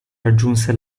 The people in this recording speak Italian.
raggiunse